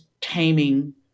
taming